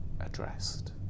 addressed